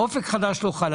אופק חדש לא חל.